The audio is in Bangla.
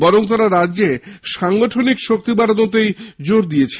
বরং তারা রাজ্যে সাংগঠনিক শক্তি বাড়ানোতেই জোর দিয়েছে